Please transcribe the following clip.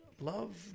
love